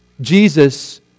Jesus